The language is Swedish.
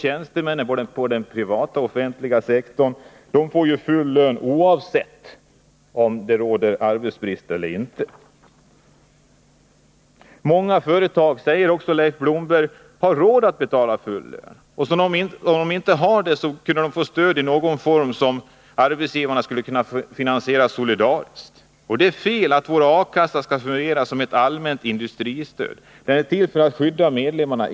Tjänstemännen på den privata och offentliga sektorn får ju full lön oavsett om det råder arbetsbrist eller inte. Leif Blomberg säger också: ”Många företag har råd att betala full lön. De som inte har det borde kunna få stöd ur någon form av fond, som arbetsgivarna skulle finansiera solidariskt Det är fel att vår A-kassa ska fungera som ett allmänt industristöd. Den är till för att skydda medlemmarna.